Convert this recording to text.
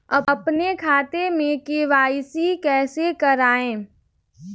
अपने खाते में के.वाई.सी कैसे कराएँ?